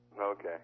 Okay